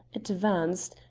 advanced,